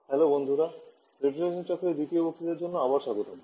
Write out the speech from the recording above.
hello বন্ধুরা refrigeration চক্রের দ্বিতীয় বক্তৃতার জন্য আবার স্বাগতম